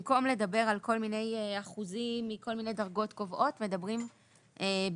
במקום לדבר על כל מיני אחוזים מכל מיני דרגות קובעות מדברים בסכומים.